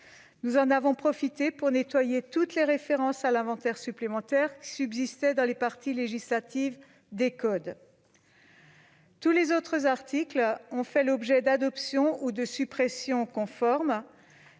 Nous en avons profité pour nettoyer toutes les références à l'inventaire supplémentaire qui subsistaient dans les parties législatives des codes. Tous les autres articles ont fait l'objet d'adoptions ou de suppressions conformes.